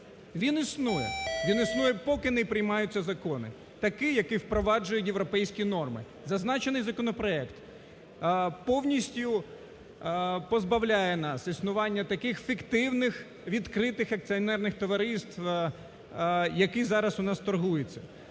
він існує поки не приймаються закони такі, які впроваджують європейські норми. Зазначений законопроект повністю позбавляє нас існування таких фіктивних, відкритих, акціонерних товариств, які зараз у нас торгуються.